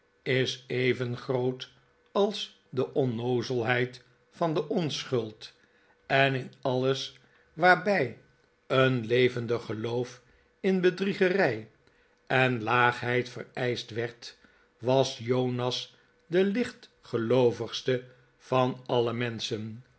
is even groot als de onnoozelheid van de onschuld en in alles waarbij een levendig geloof in bedriegerij en laagheid vereischt werd was jonas de lichtgeloovigste van alle menschen